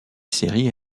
série